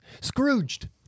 Scrooged